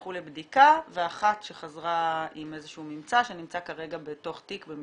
שנשלחו לבדיקה ואחת שחזרה עם ממצא שנמצא בתיק במשטרה.